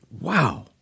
Wow